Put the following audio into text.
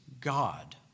God